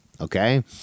okay